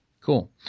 Cool